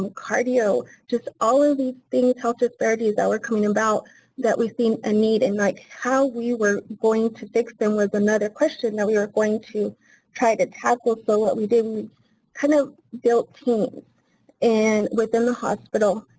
cardio, just all of these things health disparity that were coming about that we've seen and ah need and like how we were going to fix them with another question that we are going to try to tackle. so, what we did, we kind of built teams and within the hospital.